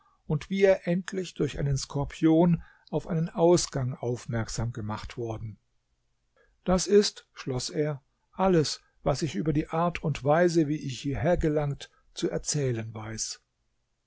und wie er endlich durch einen skorpion auf einen ausgang aufmerksam gemacht worden das ist schloß er alles was ich über die art und weise wie ich hierher gelangt zu erzählen weiß